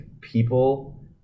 people